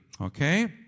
okay